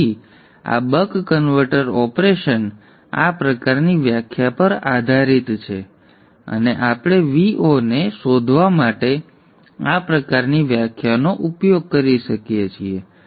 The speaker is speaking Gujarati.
તેથી આ બક કન્વર્ટર ઓપરેશન આ પ્રકારની વ્યાખ્યા પર આધારિત છે અને આપણે Vo ને શોધવા માટે આ પ્રકારની વ્યાખ્યાનો ઉપયોગ કરી શકીએ છીએ